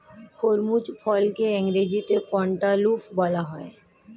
খরমুজ ফলকে ইংরেজিতে ক্যান্টালুপ বলা হয়